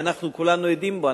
ואנחנו כולם עדים לו.